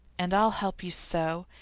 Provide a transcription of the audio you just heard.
and i'll help you sew,